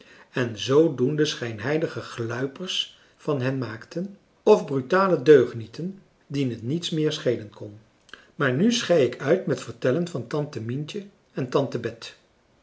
en zoo doende schijnheilige gluiperds van hen maakten of brutale deugnieten dien het niets meer schelen kon maar nu schei ik uit met vertellen van tante mientje en tante bet